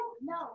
No